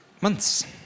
months